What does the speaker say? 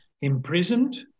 Imprisoned